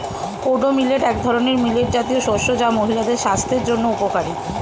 kodo millet এক ধরনের millet জাতীয় শস্য যা মহিলাদের স্বাস্থ্যের জন্য উপকারী